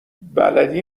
بلدی